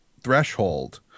threshold